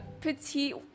petite